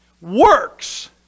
works